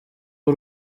w’u